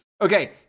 Okay